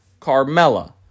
Carmella